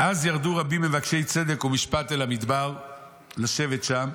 "אז ירדו רבים מבקשי צדק ומשפט אל המדבר לשבת שם.